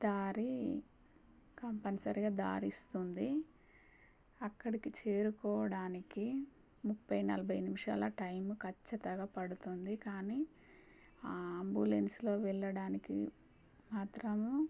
దారి కంపల్సరీగా దారిస్తుంది అక్కడికి చేరుకోవడానికి ముప్పై నలభై నిమిషాల టైమ్ ఖచ్చితంగా పడుతుంది కానీ ఆ ఆంబులెన్స్లో వెళ్ళడానికి మాత్రము